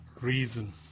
reason